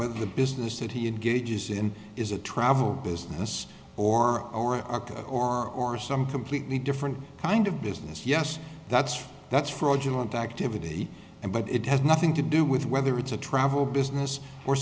whether the business that he engages in is a travel business or or or or some completely different kind of business yes that's true that's fraudulent activity and but it has nothing to do with whether it's a travel business or